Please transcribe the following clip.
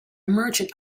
merchant